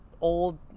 old